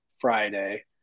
Friday